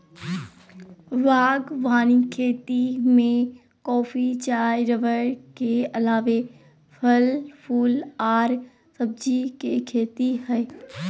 बागवानी खेती में कॉफी, चाय रबड़ के अलावे फल, फूल आर सब्जी के खेती हई